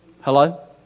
Hello